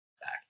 back